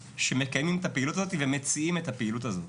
שמקיימים את הפעילות הזאת ומציעים את הפעילות הזאת.